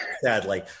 sadly